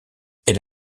elle